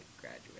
graduate